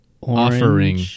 offering